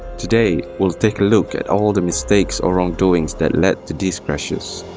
today, we'll take a look at all the mistakes or wrongdoings that led to these crashes.